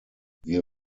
wir